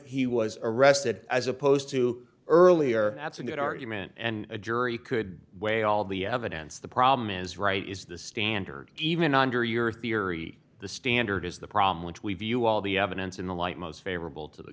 he was arrested as opposed to earlier that's a good argument and a jury could weigh all the evidence the problem is right is the standard even under your theory the standard is the problem which we view all the evidence in the light most favorable to the